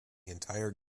entire